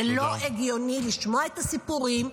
זה לא הגיוני לשמוע את הסיפורים,